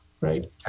right